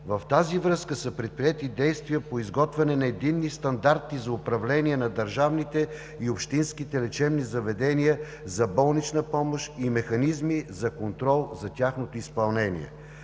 В тази връзка са предприети действия по изготвяне на единни стандарти за управление на държавните и общинските лечебни заведения за болнична помощ и механизми за контрол за тяхното изпълнение.